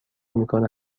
میکنه